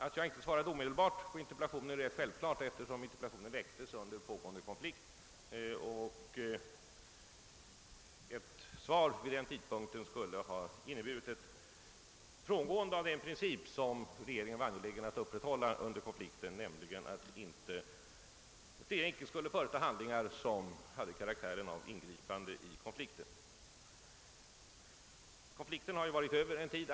Att jag inte svarade omedelbart på interpellationen är självklart, eftersom «interpellationen väcktes under pågående konflikt och ett svar vid den tidpunkten skulle ha inneburit ett frångående av den princip, som regeringen var angelägen att upprätthålla under konflikten, nämligen att regeringen inte skulle företa handlingar som hade karaktären av ingripande i konflikten. Konflikten har ju varit över en tid.